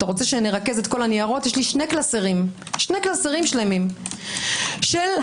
יש לי שני קלסרים שלמים של ניירות,